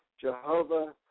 Jehovah